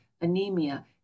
anemia